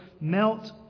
melt